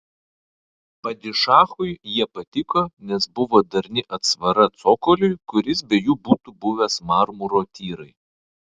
padišachui jie patiko nes buvo darni atsvara cokoliui kuris be jų būtų buvęs marmuro tyrai